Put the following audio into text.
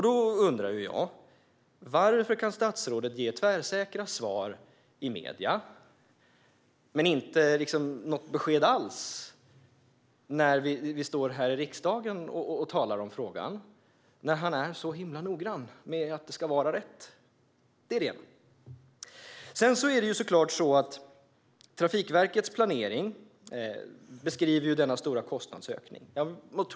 Då undrar jag: Varför kan statsrådet ge tvärsäkra svar i medierna men inte något besked alls när vi står här i riksdagen och talar om frågan, när han är så himla noggrann med att det ska vara rätt? Trafikverkets planering beskriver den stora kostnadsökningen.